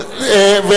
דיבור.